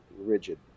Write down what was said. rigid